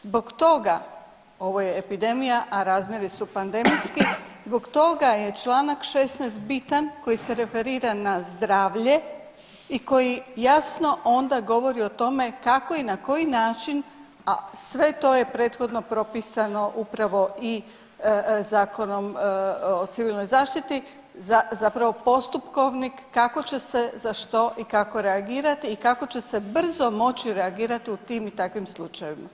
Zbog toga ovo je epidemija, a razmjeri su pandemijski, zbog toga je čl. 16. bitan koji se referira na zdravlje i koji jasno onda govori o tome kako i na koji način, a sve to je prethodno propisano upravo i Zakonom o civilnoj zaštiti, zapravo postupkovnik kako će se za što i kako reagirati i kako će se brzo moći reagirat u tim i takvim slučajevima.